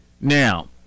Now